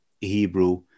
Hebrew